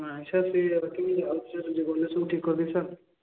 ନାହିଁ ସାର୍ ଠିକ୍ଅଛି ଗଲେ ସବୁ ଠିକ୍ କରିଦେବି ସାର୍